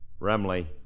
Remley